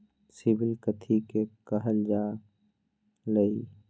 CIBIL कथि के काहल जा लई?